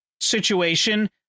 situation